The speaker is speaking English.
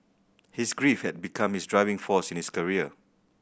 his grief had become his driving force in his career